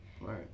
Right